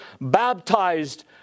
baptized